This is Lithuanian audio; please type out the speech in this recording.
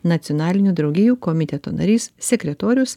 nacionalinių draugijų komiteto narys sekretorius